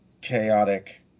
chaotic